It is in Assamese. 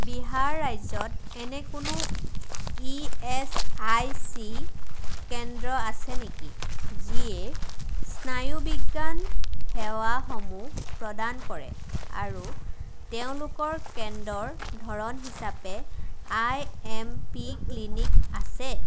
বিহাৰ ৰাজ্যত এনে কোনো ই এচ আই চি কেন্দ্ৰ আছে নেকি যিয়ে স্নায়ুবিজ্ঞান সেৱাসমূহ প্ৰদান কৰে আৰু তেওঁলোকৰ কেন্দ্ৰৰ ধৰণ হিচাপে আই এম পি ক্লিনিক আছে